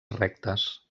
rectes